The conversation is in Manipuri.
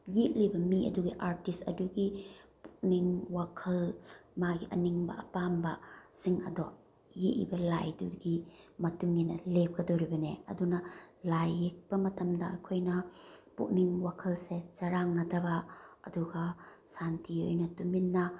ꯌꯦꯛꯂꯤꯕ ꯃꯤ ꯑꯗꯨꯒꯤ ꯑꯥꯔꯇꯤꯁ ꯑꯗꯨꯒꯤ ꯃꯤꯡ ꯋꯥꯈꯜ ꯃꯥꯒꯤ ꯑꯅꯤꯡꯕ ꯑꯄꯥꯝꯁꯤꯡ ꯑꯗꯣ ꯌꯦꯛꯏꯕ ꯂꯥꯏꯗꯨꯒꯤ ꯃꯇꯨꯡꯏꯟꯅ ꯂꯦꯞꯀꯗꯣꯔꯤꯕꯅꯦ ꯑꯗꯨꯅ ꯂꯥꯏ ꯌꯦꯛꯄ ꯃꯇꯝꯗ ꯑꯩꯈꯣꯏꯅ ꯄꯨꯛꯅꯤꯡ ꯋꯥꯈꯜꯁꯦ ꯆꯔꯥꯡꯅꯗꯕ ꯑꯗꯨꯒ ꯁꯥꯟꯇꯤ ꯑꯣꯏꯅ ꯇꯨꯃꯤꯟꯅ